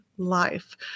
Life